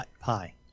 Pi